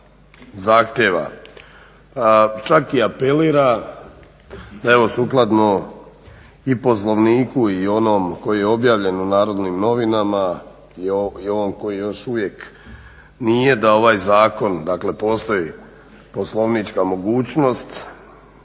zahtjeva čak i apelira evo sukladno i poslovniku i onom koji je objavljen u Narodnim novinama i ovom koji je još uvijek nije da ovaj zakon dakle postoji poslovnička mogućnost